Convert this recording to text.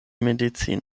medicino